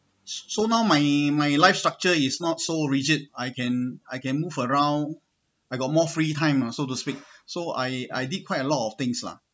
so so now my my life structure is not so rigid I can I can move around I got more free time ah so to speak so I I did quite a lot of things lah